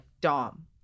Dom